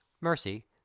Mercy